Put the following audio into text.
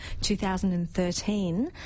2013